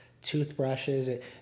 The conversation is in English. toothbrushes